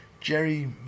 Jerry